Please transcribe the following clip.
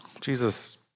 Jesus